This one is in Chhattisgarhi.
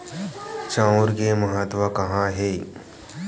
चांउर के महत्व कहां हे?